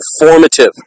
informative